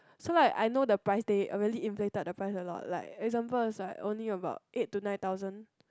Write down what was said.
so like I know the price they already inflated the price a lot like for example like only about eight to nine thousand